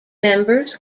members